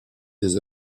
des